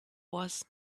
was